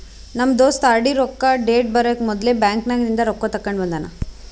ನಮ್ ದೋಸ್ತ ಆರ್.ಡಿ ರೊಕ್ಕಾ ಡೇಟ್ ಬರಕಿ ಮೊದ್ಲೇ ಬ್ಯಾಂಕ್ ನಾಗಿಂದ್ ತೆಕ್ಕೊಂಡ್ ಬಂದಾನ